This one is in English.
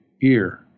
ear